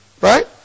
Right